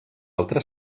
altra